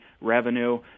revenue